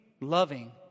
loving